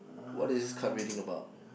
what is card reading about